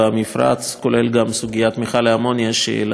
כולל סוגיית מכל האמוניה שהעלה חבר